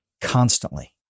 constantly